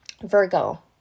Virgo